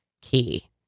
key